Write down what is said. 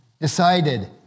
decided